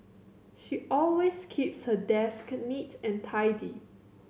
she always keeps her desk neat and tidy